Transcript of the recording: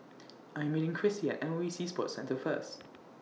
I Am meeting Krissy At M O E Sea Sports Centre First